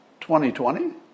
2020